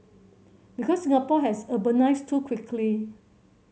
because Singapore has urbanised too quickly